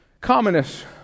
communists